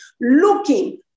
looking